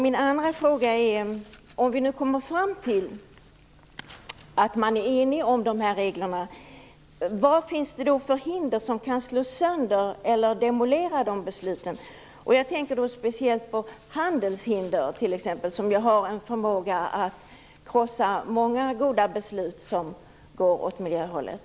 Min andra fråga är: Om vi nu kommer fram till att man är enig om dessa regler, vad finns det då för hinder som kan slå sönder eller demolera dessa beslut? Jag tänker då speciellt på t.ex handelshinder. De har ju en förmåga att krossa många goda beslut som går åt miljöhållet.